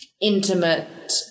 intimate